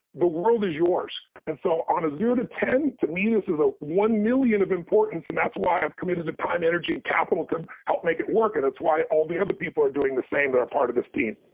the world is yours. and so on a zero to ten, to me, this is a one million of importance, and that's why i've committed the time, energy, and capital to help make it work, and that's why all the other people are doing the same that are part of this team.